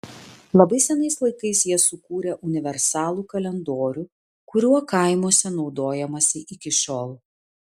labai senais laikais jie sukūrė universalų kalendorių kuriuo kaimuose naudojamasi iki šiol